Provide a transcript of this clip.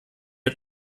hat